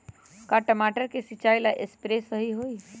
का टमाटर के सिचाई ला सप्रे सही होई?